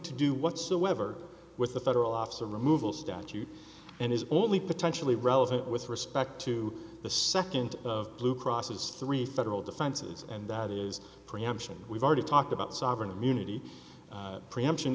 to do whatsoever with the federal office or removal statute and is only potentially relevant with respect to the second of blue crosses three federal defenses and that is preemption we've already talked about sovereign immunity preemption